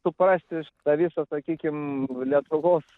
suprasti tą visą sakykim lietuvos